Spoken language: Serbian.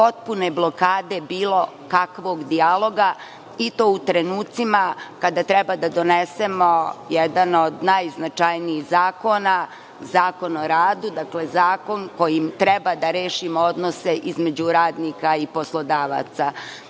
potpune blokade bilo kakvog dijaloga i to u trenucima kada treba da donesemo jedan od najznačajnijih zakona, Zakon o radu, zakon kojim treba da rešimo odnose između radnika i poslodavaca.